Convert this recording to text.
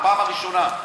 בפעם הראשונה,